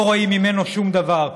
לא רואים ממנו שום דבר.